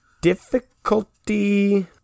Difficulty